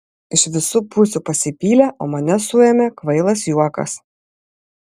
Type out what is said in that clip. iš visų pusių pasipylė o mane suėmė kvailas juokas